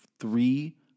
Three